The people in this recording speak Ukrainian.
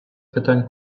питань